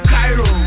Cairo